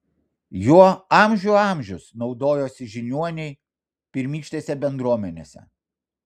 juo amžių amžius naudojosi žiniuoniai pirmykštėse bendruomenėse